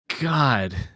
god